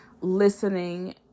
listening